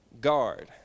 Guard